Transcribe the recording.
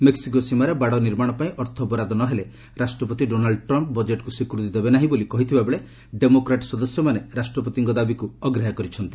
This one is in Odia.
ମେକ୍ୱିକୋ ସୀମାରେ ବାଡ ନିର୍ମାଣ ପାଇଁ ଅର୍ଥ ବରାଦ ନ ହେଲେ ରାଷ୍ଟ୍ରପତି ଡୋନାଲ୍ଡ ଟ୍ରମ୍ପ୍ ବଜେଟକୁ ସ୍ୱୀକୃତୀ ଦେବେ ନାହିଁ ବୋଲି କହିଥିବାବେଳେ ଡ୍ରୋମୋକ୍ରାଟ୍ ସଦସ୍ୟମାନେ ରାଷ୍ଟ୍ରପତିଙ୍କ ଦାବିକୁ ଅଗ୍ରାହ୍ୟ କରିଛନ୍ତି